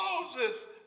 Moses